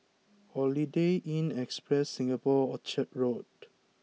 Holiday Inn Express Singapore Orchard Road